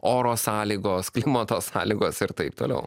oro sąlygos klimato sąlygos ir taip toliau